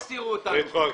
לא יסתירו אותנו.